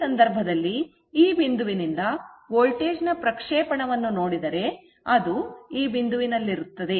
ಆ ಸಂದರ್ಭದಲ್ಲಿ ಈ ಬಿಂದುವಿನಿಂದ ವೋಲ್ಟೇಜ್ ನ ಪ್ರಕ್ಷೇಪಣವನ್ನು ಮಾಡಿದರೆ ಅದು ಈ ಬಿಂದುವಿನಲ್ಲಿರುತ್ತದೆ